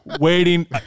waiting